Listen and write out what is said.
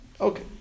Okay